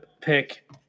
pick